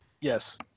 Yes